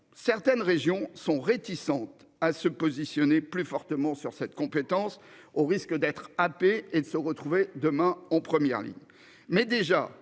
Certaines régions sont réticentes à se positionner plus fortement sur cette compétence au risque d'être happé et de se retrouver demain en première ligne.